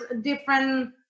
different